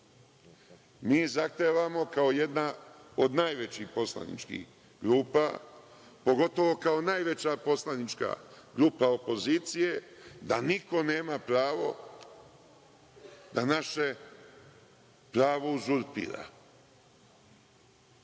zahtevamo, kao jedna od najvećih poslaničkih grupa, pogotovo kao najveća poslanička grupa opozicije, da niko nema pravo da naše pravo uzurpira